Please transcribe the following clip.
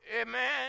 Amen